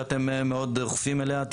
שאתם מאוד דוחפים אליה,